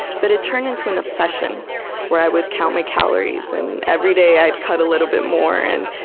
but it turned into an obsession where i would count my calories and every day, i'd cut a little bit more and,